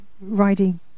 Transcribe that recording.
riding